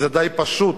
זה די פשוט.